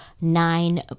nine